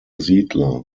siedler